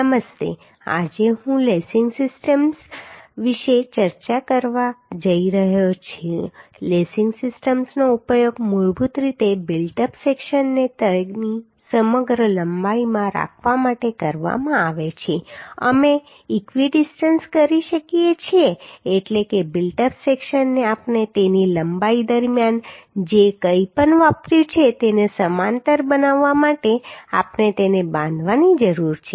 નમસ્તે આજે હું લેસિંગ સિસ્ટમ્સ વિશે ચર્ચા કરવા જઈ રહ્યો છું લેસિંગ સિસ્ટમ્સનો ઉપયોગ મૂળભૂત રીતે બિલ્ટ અપ સેક્શનને તેની સમગ્ર લંબાઈમાં રાખવા માટે કરવામાં આવે છે અમે ઇક્વિડિસ્ટન્સ કરી શકીએ છીએ એટલે કે બિલ્ટ અપ સેક્શનને આપણે તેની લંબાઈ દરમિયાન જે કંઈપણ વાપર્યું છે તેને સમાંતર બનાવવા માટે આપણે તેને બાંધવાની જરૂર છે